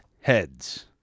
heads